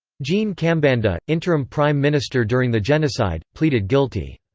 jean kambanda, interim prime minister during the genocide, pleaded guilty.